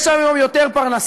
יש להם היום יותר פרנסה?